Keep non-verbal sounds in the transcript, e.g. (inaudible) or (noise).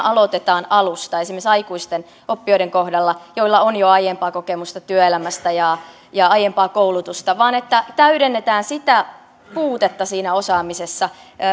(unintelligible) aloitetaan alusta esimerkiksi aikuisten oppijoiden kohdalla joilla on jo aiempaa kokemusta työelämästä ja ja aiempaa koulutusta vaan että täydennetään sitä puutetta siinä osaamisessa